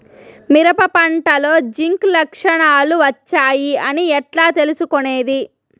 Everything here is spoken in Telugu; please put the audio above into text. మిరప పంటలో జింక్ లక్షణాలు వచ్చాయి అని ఎట్లా తెలుసుకొనేది?